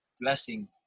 blessing